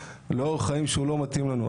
לאורח חיים שהוא לא מתאים לנו.